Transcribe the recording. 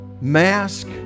mask